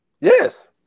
Yes